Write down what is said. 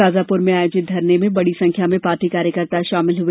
शाजापुर में आयोजित धरने में बड़ी संख्या में पार्टी कार्यकर्ता शामिल हुए